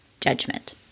judgment